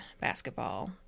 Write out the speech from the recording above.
basketball